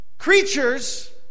Creatures